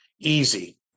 easy